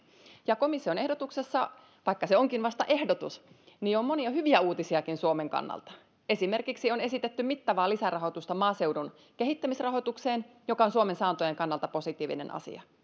ja komission ehdotuksessa vaikka se onkin vasta ehdotus on monia hyviäkin uutisia suomen kannalta on esimerkiksi esitetty mittavaa lisärahoitusta maaseudun kehittämisrahoitukseen mikä on suomen saantojen kannalta positiivinen asia